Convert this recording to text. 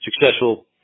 successful